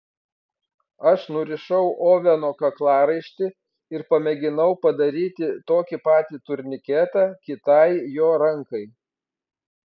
aš nurišau oveno kaklaraištį ir pamėginau padaryti tokį patį turniketą kitai jo rankai